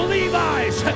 Levi's